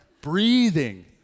Breathing